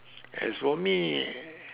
as for me